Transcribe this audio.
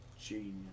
genius